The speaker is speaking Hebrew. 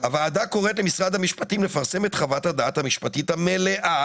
"הוועדה קוראת למשרד המשפטים לפרסם את חוות הדעת המשפטית המלאה